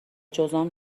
جذام